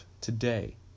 today